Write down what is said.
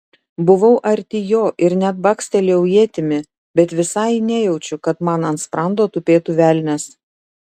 buvau arti jo ir net bakstelėjau ietimi bet visai nejaučiu kad man ant sprando tupėtų velnias